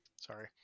Sorry